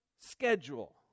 schedule